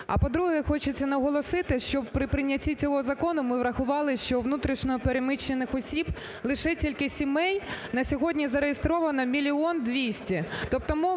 А, по-друге, хочеться наголосити, що при прийнятті цього закону ми врахували, що внутрішньо переміщених осіб лише тільки сімей на сьогодні зареєстровано мільйон